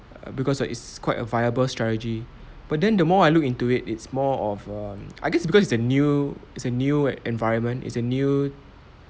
because uh it's quite a viable strategy but then the more I look into it it's more of a I guess because it's a new it's a new environment it's a new